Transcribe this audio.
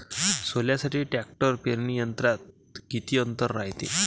सोल्यासाठी ट्रॅक्टर पेरणी यंत्रात किती अंतर रायते?